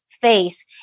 face